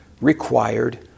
required